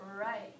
right